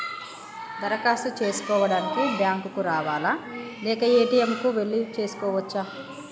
దరఖాస్తు చేసుకోవడానికి బ్యాంక్ కు రావాలా లేక ఏ.టి.ఎమ్ కు వెళ్లి చేసుకోవచ్చా?